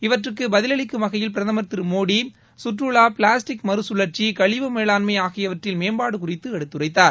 இவற்றுக்கு பதிலளிக்கும் வகையில் பிரதமர் திரு மோடி கற்றுலா பிளாஸ்டிக் மறு கழற்சி கழிவு மேலாண்மை ஆகியவற்றில் மேம்பாடு குறித்து எடுத்துரைத்தார்